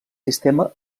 sistema